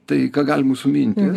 tai ką gali mūsų mintys